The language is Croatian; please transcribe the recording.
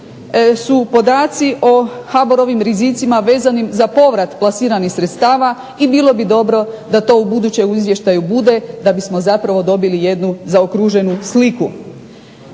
su podaci o HBOR-ovim rizicima vezanim za povrat plasiranih sredstava i bilo bi dobro da to ubuduće u izvještaju bude da bismo zapravo dobili jednu zaokruženu sliku.